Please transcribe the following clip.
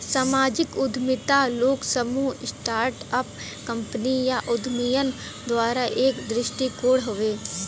सामाजिक उद्यमिता लोग, समूह, स्टार्ट अप कंपनी या उद्यमियन द्वारा एक दृष्टिकोण हउवे